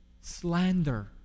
slander